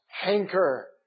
hanker